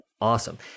Awesome